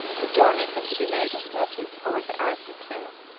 the journey had to be made in sledges over the ice and snow.